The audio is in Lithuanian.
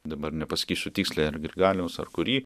dabar nepasakysiu tiksliai ar grigaliaus ar kurį